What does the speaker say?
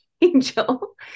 angel